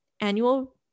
annual